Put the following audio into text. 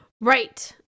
Right